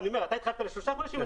אתה התחייבת לשלושה חודשים.